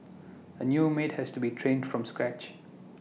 A new maid has to be trained from scratch